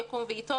יקום ויטול,